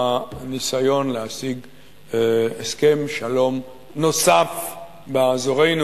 הניסיון להשיג הסכם שלום נוסף באזורנו.